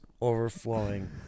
overflowing